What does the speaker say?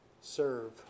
serve